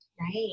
right